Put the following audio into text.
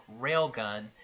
Railgun